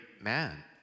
man